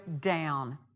down